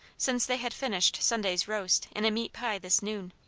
since they had finished sunday's roast in a meat pie this noon.